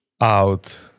Out